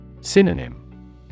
Synonym